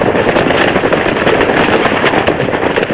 thing